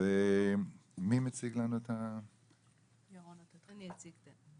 יש לנו איזשהו סרטון,